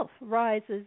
rises